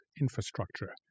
infrastructure